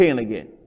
again